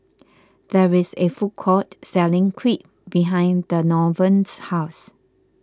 there is a food court selling Crepe behind Donavon's house